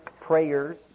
prayers